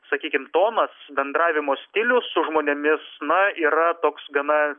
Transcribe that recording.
sakykim tonas bendravimo stilius su žmonėmis na yra toks gana